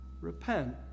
repent